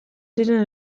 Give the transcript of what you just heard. ziren